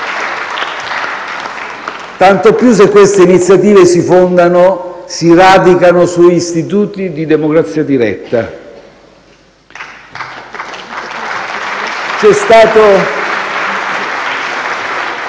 Tanto più se queste iniziative si radicano su istituti di democrazia diretta.